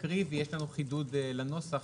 יש לנו חידוד לנוסח.